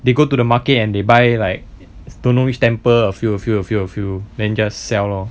they go to the market and they buy like don't know which temple a few a few a few a few then just sell lor